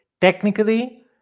technically